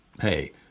Hey